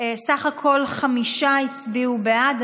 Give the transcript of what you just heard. בסך הכול חמישה הצביעו בעד.